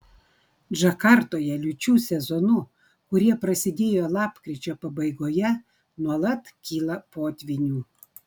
džakartoje liūčių sezonu kurie prasidėjo lapkričio pabaigoje nuolat kyla potvynių